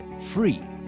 free